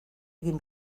egin